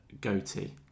goatee